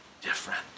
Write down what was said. different